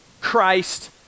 Christ